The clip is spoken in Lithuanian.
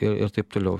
ir ir taip toliau